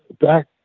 back